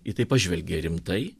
į tai pažvelgė rimtai